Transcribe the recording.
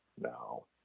no